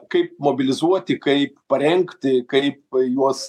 kaip mobilizuoti kaip parengti kaip juos